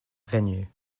venue